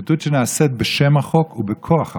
שחיתות שנעשית בשם החוק ובכוח החוק.